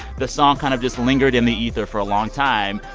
the song kind of just lingered in the ether for a long time.